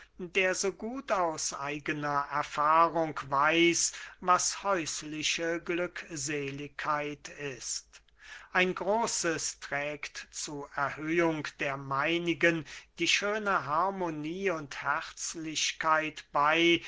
der so gut aus eigener erfahrung weiß was häusliche glückseligkeit ist ein großes trägt zu erhöhung der meinigen die schöne harmonie und herzlichkeit bey